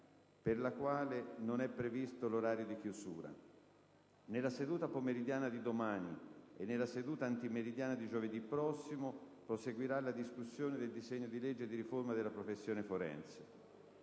per la quale non è previsto l'orario di chiusura. Nella seduta pomeridiana di domani e nella seduta antimeridiana di giovedì prossimo proseguirà la discussione del disegno di legge di riforma della professione forense,